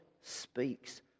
speaks